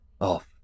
off